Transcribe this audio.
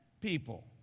people